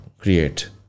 create